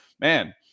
man